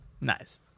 Nice